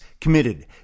committed